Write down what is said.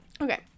Okay